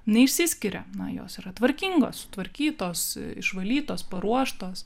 neišsiskiria na jos yra tvarkingos sutvarkytos išvalytos paruoštos